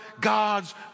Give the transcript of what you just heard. God's